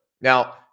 Now